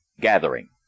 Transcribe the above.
Gathering